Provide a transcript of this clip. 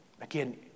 again